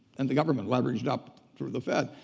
and the government leveraged up through the fed.